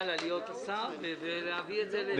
המועצות הדתיות בהתאם לסעיף 11ב לחוק שירותי הדת היהודיים ,